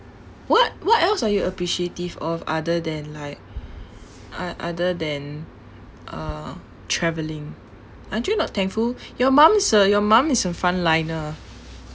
what what else are you appreciative of other than like ot~ other than uh travelling aren't you not thankful your mum's a your mum is a frontliner